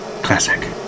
Classic